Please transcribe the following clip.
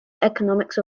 economics